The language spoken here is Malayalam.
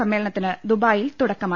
സമ്മേളനത്തിന് ദുബായിൽ തുടക്കമായി